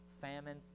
famine